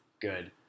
good